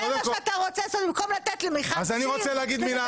זה מה שאתה רוצה במקום לתת למיכל שיר --- אני רוצה להגיד מילה